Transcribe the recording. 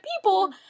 people